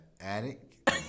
attic